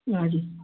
हजुर